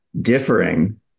differing